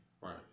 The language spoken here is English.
right